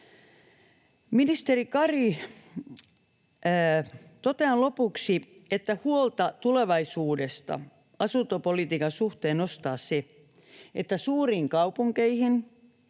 Ministeri Kari, totean lopuksi, että huolta tulevaisuudesta asuntopolitiikan suhteen nostaa se, että suuriin kaupunkeihin